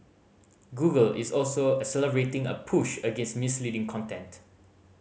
Google is also accelerating a push against misleading content